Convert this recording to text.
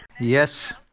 Yes